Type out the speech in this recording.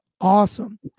awesome